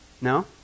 No